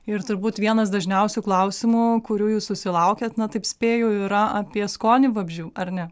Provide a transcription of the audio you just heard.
ir turbūt vienas dažniausių klausimų kurių jūs susilaukiat na taip spėju yra apie skonį vabzdžių ar ne